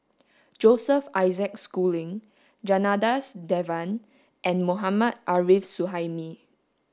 Joseph Isaac Schooling Janadas Devan and Mohammad Arif Suhaimi